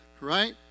Right